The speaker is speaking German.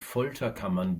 folterkammern